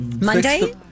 Monday